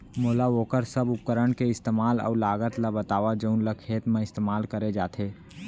मोला वोकर सब उपकरण के इस्तेमाल अऊ लागत ल बतावव जउन ल खेत म इस्तेमाल करे जाथे?